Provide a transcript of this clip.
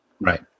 Right